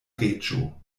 reĝo